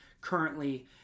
currently